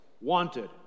Wanted